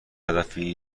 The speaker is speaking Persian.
هدفی